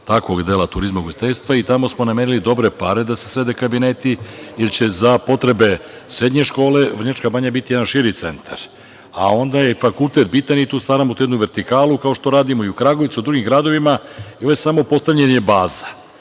takvog dela turizma i ugostiteljstva i tamo smo namenili dobre pare da se srede kabineti, jer će za potrebe srednje škole Vrnjačka banja biti jedan širi centar. A onda je fakultet bitan i tu stvaramo tu jednu vertikalu, kao što radimo i u Kragujevcu i drugim gradovima. Ovo je samo postavljanje